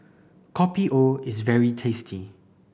Kopi O is very tasty